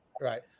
Right